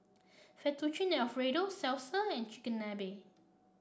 Fettuccine Alfredo Salsa and Chigenabe